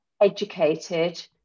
educated